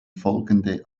folgende